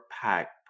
pack